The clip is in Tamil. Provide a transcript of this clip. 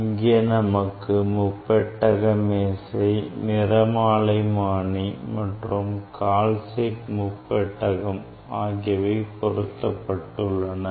இங்கே நமக்கு முப்பெட்டக மேசை நிறமாலைமானி மற்றும் கால்சைட் முப்பெட்டகம் ஆகியவை பொருத்தப்பட்டுள்ளன